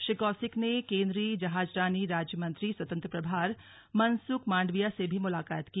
श्री कौशिक ने केन्द्रीय जहाजरानी राज्य मंत्रीस्वतंत्र प्रभार मनसुख मांडविया से भी मुलाकात की